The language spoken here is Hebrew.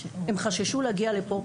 הם חששו להגיע לפה,